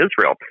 Israel